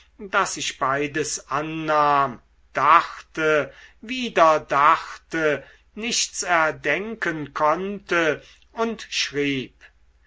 daß ich beides annahm dachte wieder dachte nichts erdenken konnte und schrieb